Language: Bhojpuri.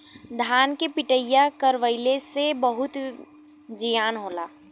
धान के पिटईया करवइले से बहुते जियान होला